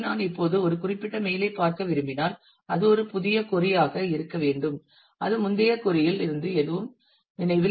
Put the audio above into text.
எனவே நான் இப்போது ஒரு குறிப்பிட்ட மெயில் ஐ பார்க்க விரும்பினால் அது ஒரு புதிய கொறி ஆக இருக்க வேண்டும் அது முந்தைய கொறி இல் இருந்து எதுவும் மெம்மரி இல் இல்லை